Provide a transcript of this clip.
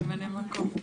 את ממלא המקום.